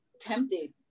tempted